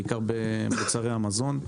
בעיקר במוצרי המזון.